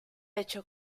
hecho